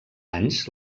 anys